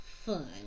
Fun